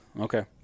Okay